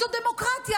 זו דמוקרטיה,